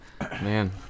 Man